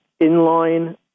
inline